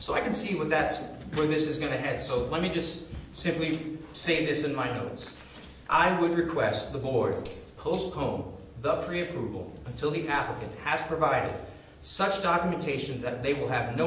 so i can see when that's where this is going to head so let me just simply say this in my nose i would request the board kosko the pre approval until the applicant has provided such documentation that they will have no